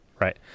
right